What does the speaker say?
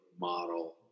model